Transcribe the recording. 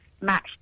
match